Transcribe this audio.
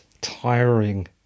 tiring